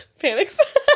Panics